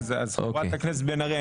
חברת הכנסת בן ארי,